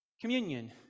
communion